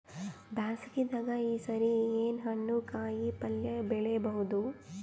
ಬ್ಯಾಸಗಿ ದಾಗ ಈ ಸರಿ ಏನ್ ಹಣ್ಣು, ಕಾಯಿ ಪಲ್ಯ ಬೆಳಿ ಬಹುದ?